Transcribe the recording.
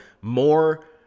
more